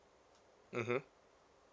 mmhmm